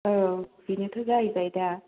औ बेनोथ' जाहैबाय दा